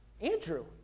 Andrew